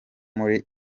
muri